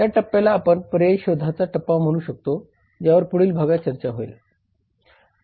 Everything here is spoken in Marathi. या टप्प्याला आपण पर्यायी शोधाचा टप्पा म्हणू शकतो ज्यावर पुढील भागात चर्चा होईल